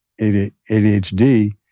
ADHD